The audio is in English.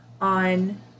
on